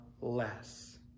less